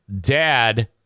dad